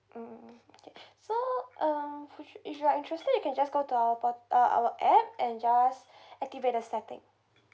mm okay so um if you are interested you can just go to our portal uh our app and just activate the setting